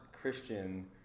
Christian